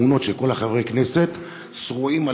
מראים רק את התמונות של חברי הכנסת שרועים על